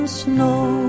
snow